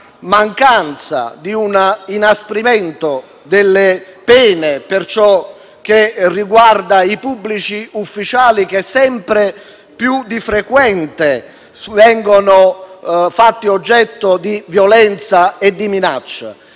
mancanza di un inasprimento delle pene per i reati contro i pubblici ufficiali, che sempre più di frequente vengono fatti oggetto di violenza e minaccia.